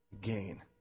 gain